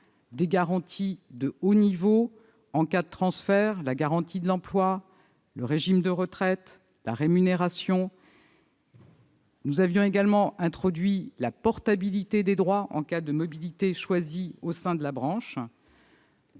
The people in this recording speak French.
des garanties de haut niveau en cas de transfert, la garantie de l'emploi, le régime de retraite, la rémunération. Nous avions également introduit la portabilité des droits en cas de mobilité choisie au sein de la branche.